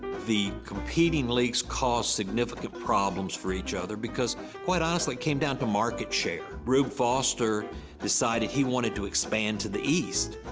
the competing leagues caused significant problems for each other, because quite honestly, it came down to market share. rube foster decided he wanted to expand to the east.